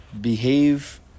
Behave